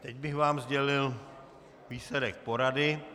Teď bych vám sdělil výsledek porady.